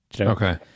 okay